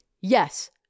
Yes